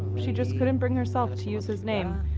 she just couldn't bring herself to use his name.